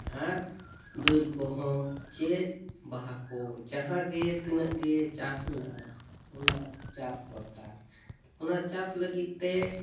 ᱟᱨ ᱫᱟᱹᱞ ᱠᱚᱦᱚᱸ ᱪᱮ ᱵᱟᱦᱟ ᱠᱚ ᱡᱟᱦᱟᱸᱜᱮ ᱛᱤᱱᱟᱹᱜ ᱜᱮ ᱪᱟᱥ ᱢᱮᱱᱟᱜᱼᱟ ᱚᱱᱟ ᱪᱟᱥ ᱫᱚᱨᱠᱟᱨ ᱚᱱᱟ ᱪᱟᱥ ᱞᱟᱹᱜᱤᱫ ᱛᱮ